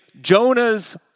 Jonah's